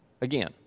Again